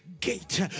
gate